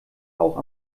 auch